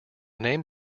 name